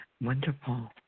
Wonderful